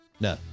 No